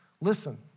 listen